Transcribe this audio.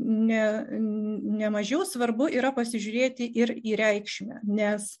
ne nemažiau svarbu yra pasižiūrėti ir į reikšmę nes